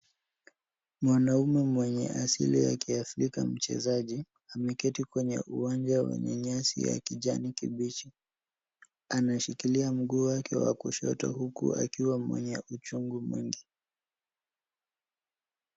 Mwanaume mwenye asili ya kiafrika mchezaji ameketi kwenye uwanja wenye nyasi ya kijani kibichi. Anashikilia mguu wake wa kushoto huku akiwa mwenye uchungu mwingi.